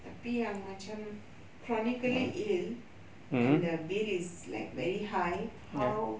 tapi yang macam chronically ill and the bill is like very high how